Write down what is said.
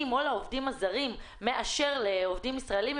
או לעובדים הזרים מאשר לעובדים ישראלים,